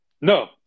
No